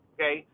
Okay